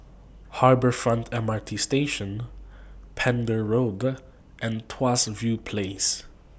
Harbour Front M R T Station Pender Road and Tuas View Place